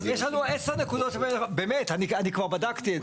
יש לנו עשר נקודות, באמת, אני כבר בדקתי את זה.